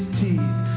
teeth